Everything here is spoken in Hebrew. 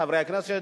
חברי הכנסת,